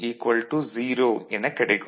0 0 எனக் கிடைக்கும்